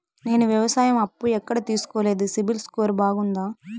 నేను వ్యవసాయం అప్పు ఎక్కడ తీసుకోలేదు, సిబిల్ స్కోరు బాగుందా?